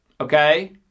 Okay